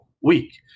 week